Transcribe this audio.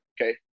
okay